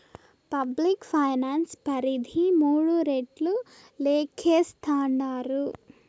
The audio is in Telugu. పబ్లిక్ ఫైనాన్స్ పరిధి మూడు రెట్లు లేక్కేస్తాండారు